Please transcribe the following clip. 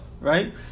right